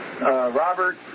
Robert